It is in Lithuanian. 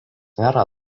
nėra